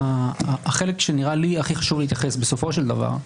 החלק שנראה לי הכי חשוב להתייחס בסופו של דבר,